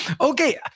okay